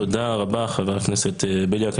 תודה רבה חבר הכנסת בליאק.